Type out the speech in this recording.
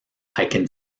can